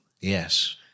Yes